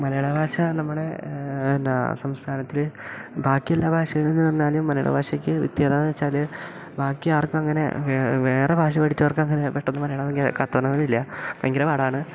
മലയാള ഭാഷ നമ്മുടെ എന്നാ സംസ്ഥാനത്തില് ബാക്കിയെല്ലാ ഭാഷയില് എന്ന് പറഞ്ഞാല് മലയാള ഭാഷയ്ക്ക് വ്യത്യാസമെന്ന് വെച്ചാല് ബാക്കി ആർക്കും അങ്ങനെ വേ വേറെ ഭാഷ പഠിച്ചവർക്കങ്ങനെ പെട്ടെന്ന് മലയാളം കത്തണന്നില്ല ഭയങ്കര പാടാണ്